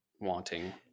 wanting